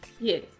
yes